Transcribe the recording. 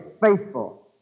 faithful